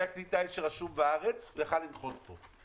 שרשום בארץ, הוא יכול היה לנחות פה.